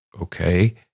Okay